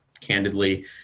candidly